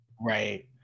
Right